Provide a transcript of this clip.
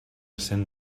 cent